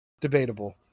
Debatable